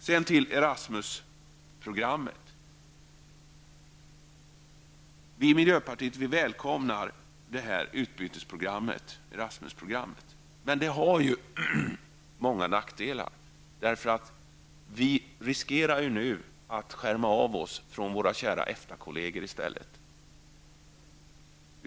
Sedan till Ersamus-programmet. Vi i miljöpartiet välkomnar detta utbytesprogram, men det har många nackdelar. Vi i Sverige riskerar nu att i stället skärma av oss från våra kära EFTA-kollegor.